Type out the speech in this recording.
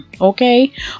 okay